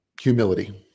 Humility